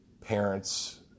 parents